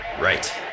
Right